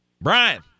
Brian